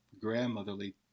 grandmotherly